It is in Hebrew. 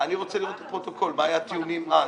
רוצה לראות את הפרוטוקול מה היו הטיעונים אז.